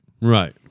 Right